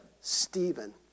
stephen